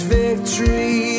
victory